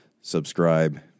subscribe